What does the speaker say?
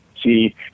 see